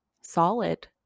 solid